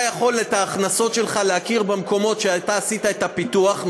אתה יכול להכיר בהכנסות שלך במקומות שאתה עשית את הפיתוח,